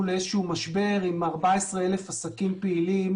לאיזשהו משבר עם 14,000 עסקים פעילים